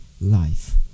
life